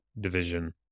division